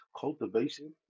Cultivation